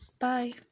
bye